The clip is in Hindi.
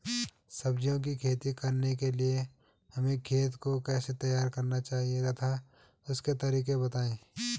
सब्जियों की खेती करने के लिए हमें खेत को कैसे तैयार करना चाहिए तथा उसके तरीके बताएं?